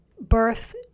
birth